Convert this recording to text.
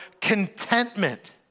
contentment